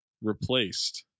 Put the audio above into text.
replaced